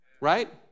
right